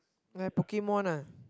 like Pokemon ah